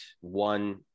one